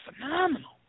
phenomenal